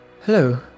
hello